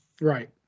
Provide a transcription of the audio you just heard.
right